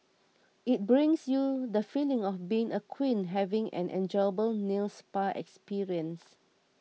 it brings you the feeling of being a queen having an enjoyable nail spa experience